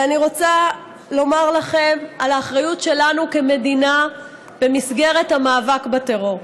ואני רוצה לומר לכם על האחריות שלנו כמדינה במסגרת המאבק בטרור.